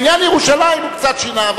בעניין ירושלים הוא קצת שינה,